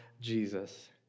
Jesus